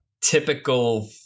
typical